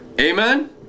Amen